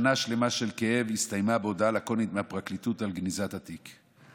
שנה שלמה של כאב הסתיימה בהודעה לקונית מהפרקליטות על גניזת התיק.